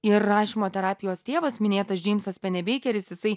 ir rašymo terapijos tėvas minėtas džeimsas penebeikeris jisai